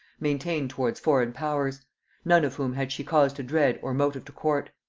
maintained towards foreign powers none of whom had she cause to dread or motive to court.